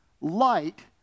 light